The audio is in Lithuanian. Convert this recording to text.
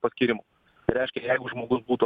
paskyrimo reiškia jeigu žmogus būtų